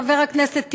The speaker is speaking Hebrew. חבר הכנסת טיבי.